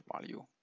value